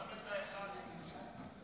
אף אחד מהם לא נמצא.